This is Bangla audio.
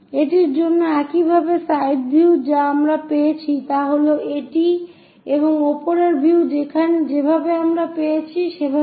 এটির জন্য একইভাবে সাইড ভিউ যা আমরা পেয়েছি তা হল এটি এবং উপরের ভিউ যেভাবে আমরা পেয়েছি সেভাবে